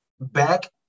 back